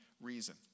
reason